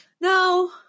No